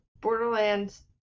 Borderlands